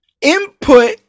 input